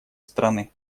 страны